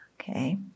okay